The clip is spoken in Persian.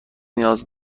نیاز